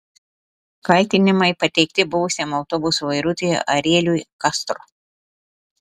kaltinimai pateikti buvusiam autobuso vairuotojui arieliui kastro